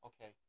okay